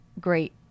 great